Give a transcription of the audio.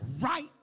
right